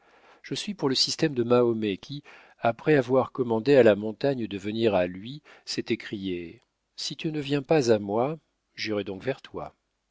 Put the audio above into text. je suis pour le système de mahomet qui après avoir commandé à la montagne de venir à lui s'est écrié si tu ne viens pas à moi j'irai donc vers toi